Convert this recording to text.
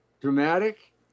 dramatic